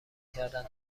کردن